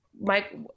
Mike